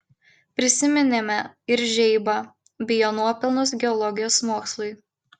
prisiminėme ir žeibą bei jo nuopelnus geologijos mokslui